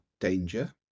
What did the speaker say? danger